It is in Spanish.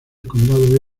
condado